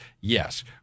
yes